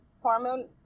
hormone